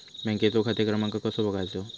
बँकेचो खाते क्रमांक कसो बगायचो?